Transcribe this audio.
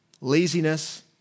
laziness